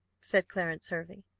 said clarence hervey.